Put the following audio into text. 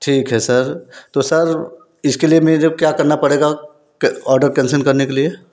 ठीक है सर तो सर इसके लिए मैं जब क्या करना पड़ेगा क ऑर्डर कैंसल करने के लिए